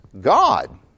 God